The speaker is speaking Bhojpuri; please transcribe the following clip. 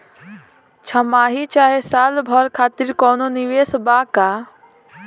छमाही चाहे साल भर खातिर कौनों निवेश बा का?